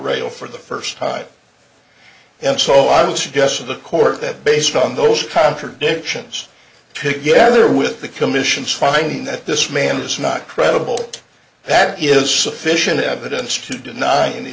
rail for the first time and so i would suggest of the court that based on those contradictions to gather with the commission's finding that this man is not credible that is sufficient evidence to deny him the